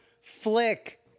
flick